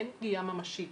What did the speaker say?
אין פגיעה ממשית.